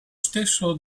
stesso